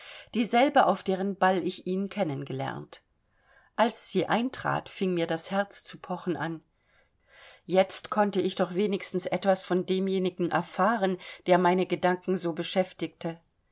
dieselbe auf deren ball ich ihn kennen gelernt als sie eintrat fing mir das herz zu pochen an jetzt konnte ich doch wenigstens etwas von demjenigen er fahren der meine gedanken so beschäftigte